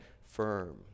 firm